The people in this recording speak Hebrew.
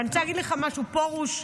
אני רוצה להגיד לך משהו, פרוש.